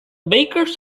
bakers